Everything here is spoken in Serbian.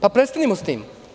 Pa, prestanimo sa tim.